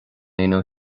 aonú